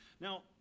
Now